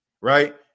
right